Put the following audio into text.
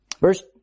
verse